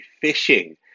fishing